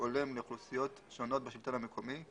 הולם לאוכלוסיות שונות בשלטון המקומי,